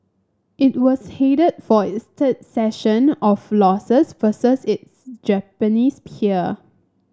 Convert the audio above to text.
it was headed for its third session of losses versus its Japanese peer